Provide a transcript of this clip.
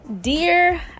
dear